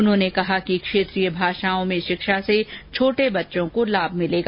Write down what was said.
उन्होंने कहा कि क्षेत्रीय भाषाओं में शिक्षा से छोटे बच्चों को लाभ होगा